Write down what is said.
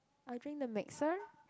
I drink the mixer